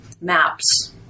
maps